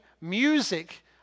music